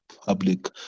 public